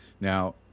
Now